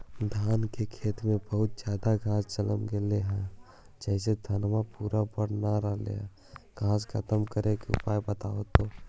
धान के खेत में बहुत ज्यादा घास जलमतइ गेले हे जेसे धनबा पुरा बढ़ न रहले हे घास खत्म करें के उपाय बताहु तो?